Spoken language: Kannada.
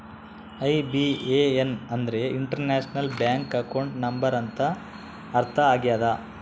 ಐ.ಬಿ.ಎ.ಎನ್ ಅಂದ್ರೆ ಇಂಟರ್ನ್ಯಾಷನಲ್ ಬ್ಯಾಂಕ್ ಅಕೌಂಟ್ ನಂಬರ್ ಅಂತ ಅರ್ಥ ಆಗ್ಯದ